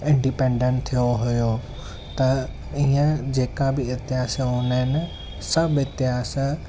independent थियो हुओ त इहा जेका बि इतिहास हूंदा आहिनि सभु इतिहास